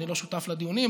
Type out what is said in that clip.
אני לא שותף לדיונים,